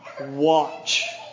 watch